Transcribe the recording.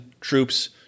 troops